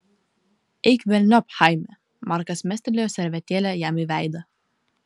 eik velniop chaime markas mestelėjo servetėlę jam į veidą